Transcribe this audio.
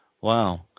Wow